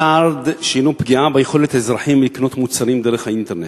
צעד שהינו פגיעה ביכולת האזרחים לקנות מוצרים דרך האינטרנט.